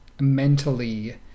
mentally